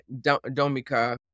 Domika